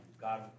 God